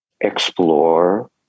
explore